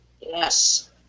Yes